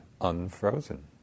unfrozen